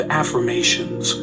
affirmations